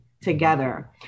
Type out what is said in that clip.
together